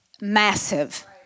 massive